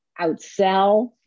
outsell